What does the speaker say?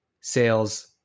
sales